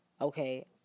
okay